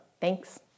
Thanks